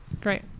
great